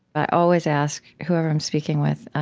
i always ask whoever i'm speaking with